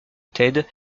ted